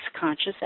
conscious